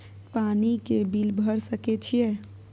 पानी के बिल भर सके छियै?